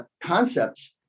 concepts